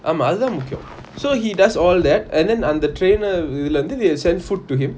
um ஆமா அது தான் முக்கியம்:ama athu thaan mukkiyam so he does all that and then அந்த:antha trainer இத்தலத்து:ithulanthu they send food to him